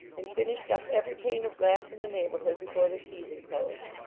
and finished up every pane of glass in the neighborhood before the season closed.